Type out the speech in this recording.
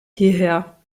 hierher